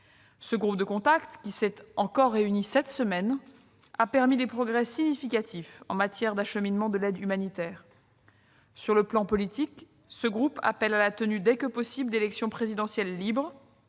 Ce groupe de contact, qui s'est encore réuni cette semaine, a permis des progrès significatifs en matière d'acheminement de l'aide humanitaire. Sur le plan politique, ce groupe appelle à la tenue, dès que possible, d'élections présidentielles libres,